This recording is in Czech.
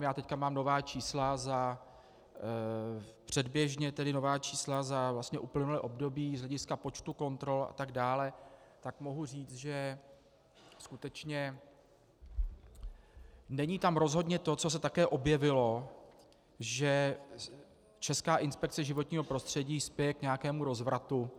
Já teď mám nová čísla, předběžně nová čísla za uplynulé období z hlediska počtu kontrol atd., tak mohu říct, že skutečně tam není rozhodně to, co se také objevilo, že Česká inspekce životního prostředí spěje k nějakému rozvratu.